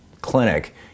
clinic